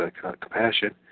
compassion